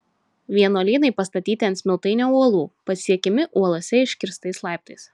vienuolynai pastatyti ant smiltainio uolų pasiekiami uolose iškirstais laiptais